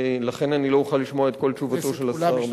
ולכן אני לא אוכל לשמוע את כל תשובתו של השר.